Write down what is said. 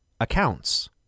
accounts